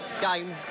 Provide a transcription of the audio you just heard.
game